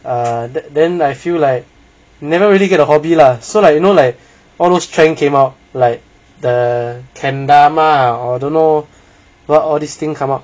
err then I feel like never really get a hobby lah so like you know like all those train came out like the kendama or don't know what all these thing come up